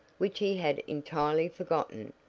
which he had entirely forgotten.